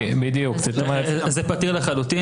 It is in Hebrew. זה פתיר לחלוטין.